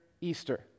Easter